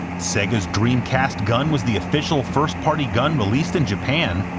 sega's dreamcast gun was the official, first-party gun released in japan,